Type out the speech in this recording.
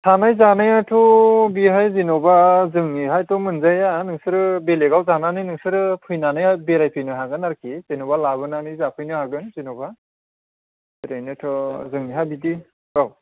थानाय जानायाथ' बेहाय जेन'बा जोंनिहायथ' मोनजाया नोंसोरो बेलेगाव जानानै नोंसोरो फैनानै बेरायफैनो हागोन आरोखि जेन'बा लाबोनानै जाफैनो हागोन जेन'बा ओरैनोथ' जोंनिहा बिदि औ